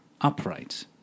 upright